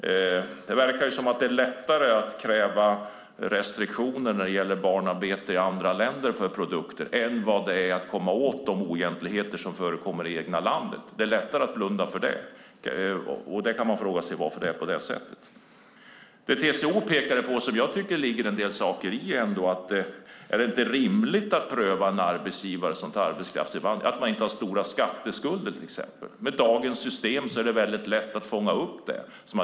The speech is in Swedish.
Det verkar som att det är lättare att kräva restriktioner när det gäller barnarbete med produkter i andra länder än vad det är att komma åt de oegentligheter som förekommer i det egna landet - det är lättare att blunda för det. Man kan fråga sig varför det är på det sättet. Det TCO pekade på och som jag tycker att det ligger en del i var om det inte är rimligt att pröva om en arbetsgivare som tar in arbetskraft har stora skatteskulder till exempel. Med dagens system är det väldigt lätt att fånga upp det.